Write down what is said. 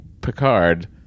Picard